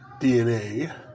DNA